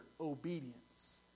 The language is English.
obedience